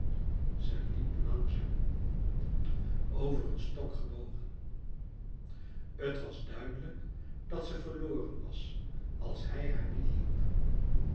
ze liep langzaam over een stok gebogen t was duidelijk dat ze verloren was als hij haar niet hielp